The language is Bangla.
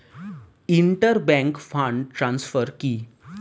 ইন্টার ব্যাংক ফান্ড ট্রান্সফার কি?